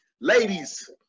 Ladies